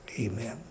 Amen